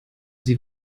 sie